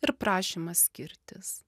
ir prašymas skirtis